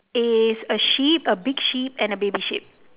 is a sheep a big sheep and a baby sheep